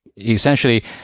essentially